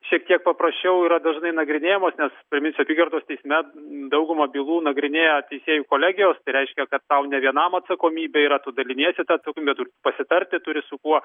šiek tiek paprasčiau yra dažnai nagrinėjamos nes tomis apygardos teisme dauguma bylų nagrinėjo teisėjų kolegijos reiškia kad tau ne vienam atsakomybė yra tu daliniesi atsakomybe pasitarti turi su kuo